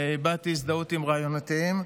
והבעתי הזדהות עם רעיונותיהם,